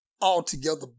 altogether